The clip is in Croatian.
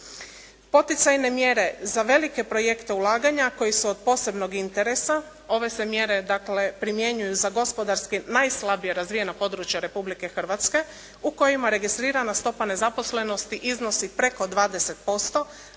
Poticajne mjere za velike projekte ulaganja koji su od posebnog interesa, ove se mjere dakle primjenjuju za gospodarski najslabije razvijena područja Republike Hrvatske u kojima je registrirana stopa nezaposlenosti iznosi preko 20%,